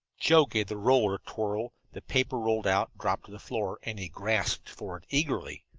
joe gave the roller a twirl, the paper rolled out, dropped to the floor, and he grasped for it eagerly.